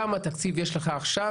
כמה תקציב יש לך עכשיו,